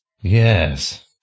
Yes